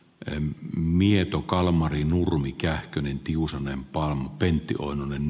em mieto kalmarin nurmi kähkönen tiusanen palmu pentti oinonen